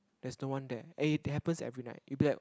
there is no one there and it happens every night you'll be like